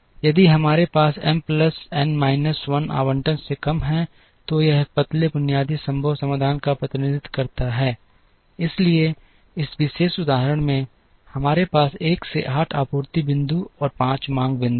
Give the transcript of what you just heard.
यदि हमारे पास एम प्लस एन माइनस 1 आवंटन से कम है तो यह एक पतले बुनियादी संभव समाधान का प्रतिनिधित्व करता है इसलिए इस विशेष उदाहरण में हमारे पास 1 से 8 आपूर्ति बिंदु और 5 मांग बिंदु हैं